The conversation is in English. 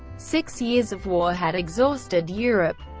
six years of war had exhausted europe,